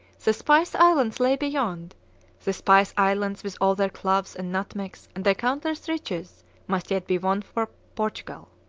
the spice islands lay beyond the spice islands with all their cloves and nutmegs and their countless riches must yet be won for portugal.